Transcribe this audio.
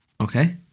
Okay